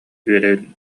үөрэн